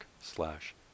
slash